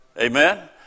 Amen